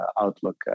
outlook